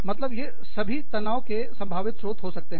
मतलब यह सभी तनाव के संभावित स्रोत हो सकते हैं